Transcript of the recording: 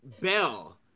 bell